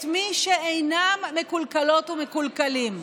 את מי שאינם מקולקלות ומקולקלים.